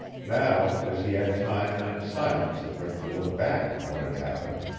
now, as he had time and silence in which to look back on what had happened,